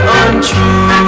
untrue